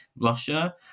Russia